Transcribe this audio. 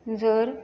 जर